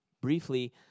briefly